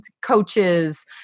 coaches